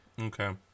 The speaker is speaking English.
Okay